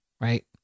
Right